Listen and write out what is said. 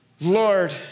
Lord